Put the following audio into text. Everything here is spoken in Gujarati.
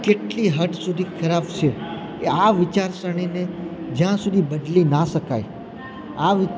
કેટલી હદ સુધી ખરાબ છે આ વિચારસરણીને જ્યાં સુધી બદલી ના શકાય આ